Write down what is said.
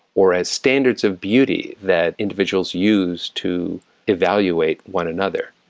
or as standards of beauty that individuals used to evaluate one another.